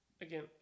Again